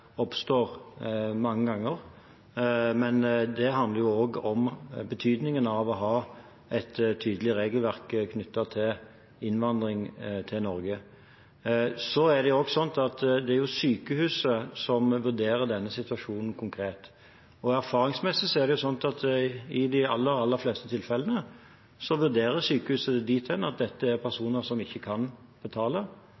oppstår mange ganger, men det handler også om betydningen av å ha et tydelig regelverk knyttet til innvandring til Norge. Det er sykehuset som vurderer den konkrete situasjonen. Erfaringsmessig er det slik at i de aller fleste tilfellene vurderer sykehuset det dit hen at dette er personer som ikke kan betale.